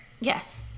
yes